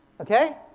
Okay